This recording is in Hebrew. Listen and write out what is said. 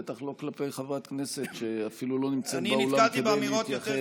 בטח לא כלפי חברת כנסת שאפילו לא נמצאת באולם כדי להתייחס.